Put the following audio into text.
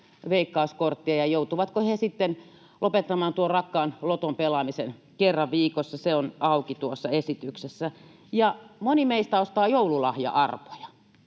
Veikkaus-korttia, ja se, joutuvatko he sitten lopettamaan tuon rakkaan loton pelaamisen kerran viikossa, on auki tuossa esityksessä. Ja moni meistä ostaa joululahja-arpoja.